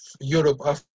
Europe